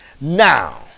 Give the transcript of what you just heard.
Now